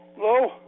Hello